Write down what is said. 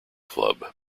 club